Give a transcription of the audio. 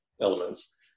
elements